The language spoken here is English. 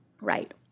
Right